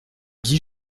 guy